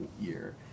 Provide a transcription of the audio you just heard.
year